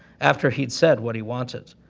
after he'd said what he wanted.